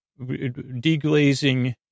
Deglazing